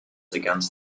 against